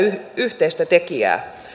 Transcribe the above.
yhteistä tekijää